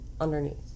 underneath